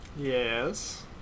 Yes